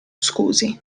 scusi